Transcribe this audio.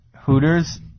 Hooters